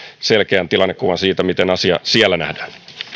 selkeän tilannekuvan siitä miten asia siellä nähdään